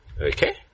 Okay